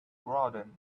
rodin